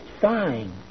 fine